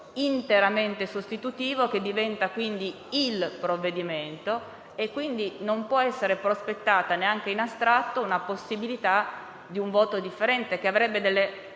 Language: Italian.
interamente sostitutivo che diventa quindi il provvedimento per cui non può essere prospettata, neanche in astratto, la possibilità di un voto differente, che avrebbe